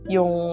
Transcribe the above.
Yung